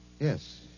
Yes